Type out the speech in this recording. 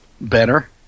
better